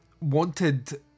wanted